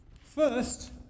first